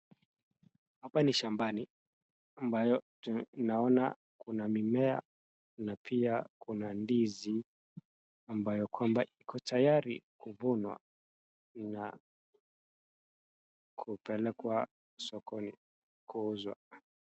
Hapa ni shambani ambayo naona kuna mimea ni pia kuna ndizi ambayo kwamba iko tayari kuvunwa na kupelekwa sokoni kuuzwa.